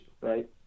Right